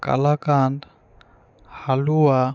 kalakand হালুয়া